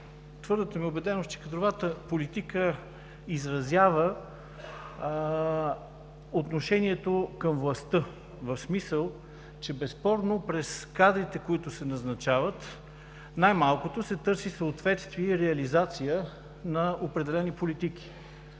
твърдата ми убеденост, че кадровата политика изразява отношението към властта, в смисъл, че безспорно през кадрите, които се назначават, най-малкото се търси съответствие и реализация на определени политики.